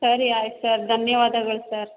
ಸರಿ ಆಯ್ತು ಸರ್ ಧನ್ಯವಾದಗಳು ಸರ್